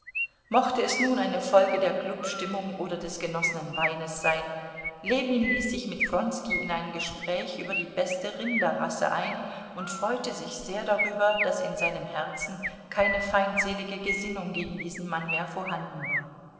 mochte es nun eine folge der klubstimmung oder des genossenen weines sein ljewin ließ sich mit wronski in ein gespräch über die beste rinderrasse ein und freute sich sehr darüber daß in seinem herzen keine feindselige gesinnung gegen diesen mann mehr vorhanden war